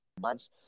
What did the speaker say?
months